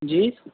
جی